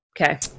Okay